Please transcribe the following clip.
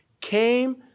came